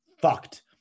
fucked